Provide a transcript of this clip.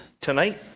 tonight